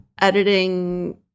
editing